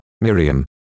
Miriam